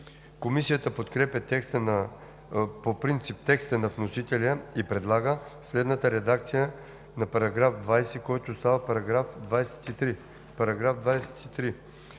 Комисията подкрепя по принцип текста на вносителя и предлага следната редакция на § 20, който става § 23: „§ 23.